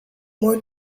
more